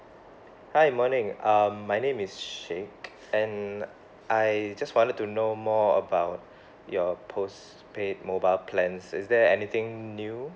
hi morning um my name is sheikh and I just wanted to know more about your postpaid mobile plan is there anything new